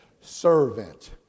servant